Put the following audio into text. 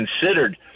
considered